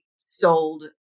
sold